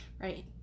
right